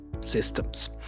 systems